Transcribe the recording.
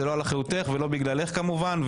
זה לא על אחריותך ולא בגללך כמובן.